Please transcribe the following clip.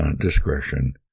discretion